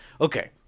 Okay